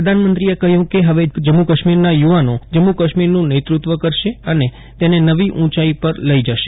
પ્રધાનમંત્રીએ કહ્યું કે હવે જમ્મુ કાશ્મીરના યુવાનો જમ્મુ કાશ્મીરનું નેતૃત્વ કરશે અને તેને નવી ઉંચાઇ પર લઈ જશે